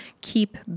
keep